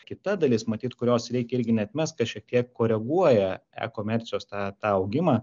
kita dalis matyt kurios reikia irgi neatmest kas šiek tiek koreguoja e komercijos tą tą augimą